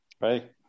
right